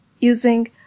using